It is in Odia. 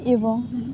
ଏବଂ